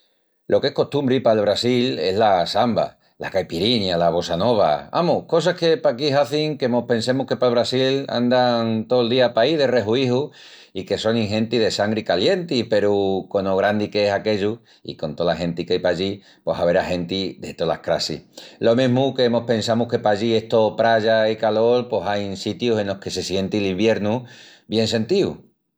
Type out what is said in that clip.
Lo qu'es costumbri pal Brasil es la samba, la caipirinha, la bossa nova, amus, cosas que paquí hazin que mos pensemus que pal Brasil andan tol día paí de rehuíju i que sonin genti de sangri calienti peru cono grandi que es aquellu i con tola genti qu'ai pallí pos averá genti de tolas crassis. Lo mesmu que mos pensamus que pallí es tó praya i calol pos ain sitius enos que se sienti l'iviernu bien sentíu.